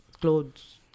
Clothes